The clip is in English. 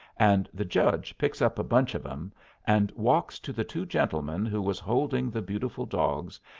and the judge picks up a bunch of em and walks to the two gentlemen who was holding the beautiful dogs,